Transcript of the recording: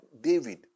David